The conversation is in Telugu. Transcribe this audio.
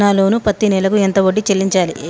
నా లోను పత్తి నెల కు ఎంత వడ్డీ చెల్లించాలి?